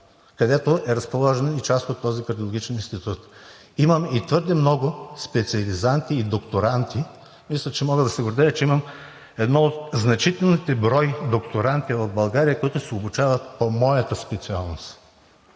където е разположен и част от този Кардиологичен институт, имам и твърде много специализанти и докторанти. Мисля, че мога да се гордея, че имам едни от значителните на брой докторанти в България, които се обучават по моята специалност,